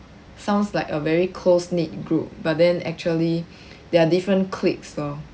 sounds like a very close knit group but then actually there are different cliques lor